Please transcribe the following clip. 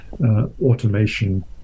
automation